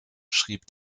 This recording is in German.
schrieb